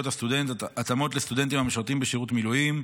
הסטודנט (התאמות לסטודנטים המשרתים בשירות מילואים),